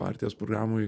partijos programoj